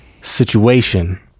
situation